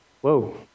Whoa